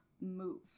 move